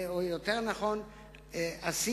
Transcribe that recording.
או יותר נכון עשינו,